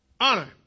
Honor